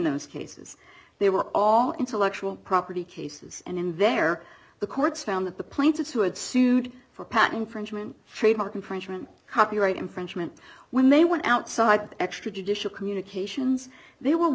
those cases they were all intellectual property cases and in there the courts found that the plaintiffs who had sued for patton infringement trademark infringement copyright infringement when they went outside extrajudicial communications they were